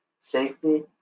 safety